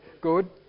Good